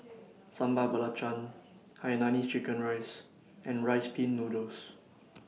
Sambal Belacan Hainanese Chicken Rice and Rice Pin Noodles